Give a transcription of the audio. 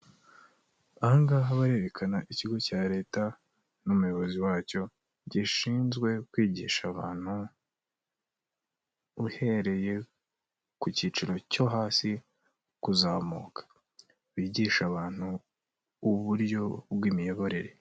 Ahangaha barerekana ikigo cya leta n'umuyobozi wacyo, gishinzwe kwigisha abantu uhereye ku kiciro cyo hasi kuzamuka, bigisha abantu uburyo bw'imiyoborere.